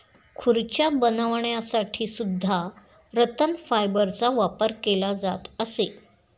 खुर्च्या बनवण्यासाठी सुद्धा रतन फायबरचा वापर केला जात असे